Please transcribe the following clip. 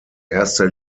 erster